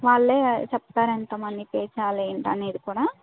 వాళ్లే చెప్తారు అంట మనీ పే చేయాలా ఏంటి అనేది కూడా